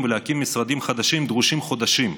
ולהקים משרדים חדשים דרושים חודשים,